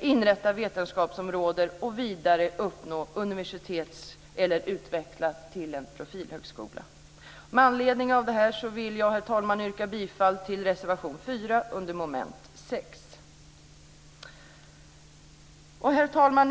inrätta vetenskapsområde och vidare att uppnå universitetsstatus eller utvecklas till en profilhögskola. Herr talman! Men anledning av detta yrkar jag bifall till reservation 4 under mom. 6. Herr talman!